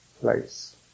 place